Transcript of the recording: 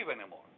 anymore